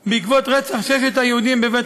ברור שזה חלק מהבעיות של כמה בתי-חולים בצפון.